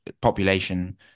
population